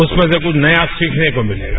उसमें से कुछ नया सीखने को मिलेगा